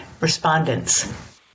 respondents